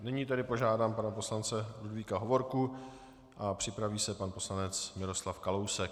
Nyní tedy požádám pana poslance Ludvíka Hovorku a připraví se pan poslanec Miroslav Kalousek.